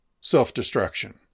self-destruction